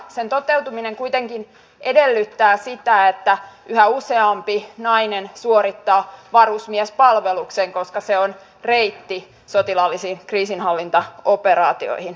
sen toteutuminen kuitenkin edellyttää sitä että yhä useampi nainen suorittaa varusmiespalveluksen koska se on reitti sotilaallisiin kriisinhallintaoperaatioihin